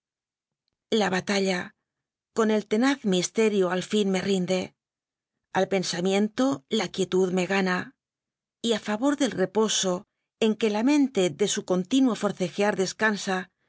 la batalla con el tenaz misterio al fin me rinde al pensamiento la quietud me gana y á favor del reposo en que la mente de su continuo forcejear descansa